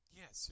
yes